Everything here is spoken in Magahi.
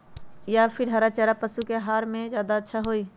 या फिर हरा चारा पशु के आहार में ज्यादा अच्छा होई?